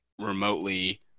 remotely